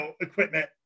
equipment